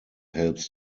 helps